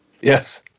Yes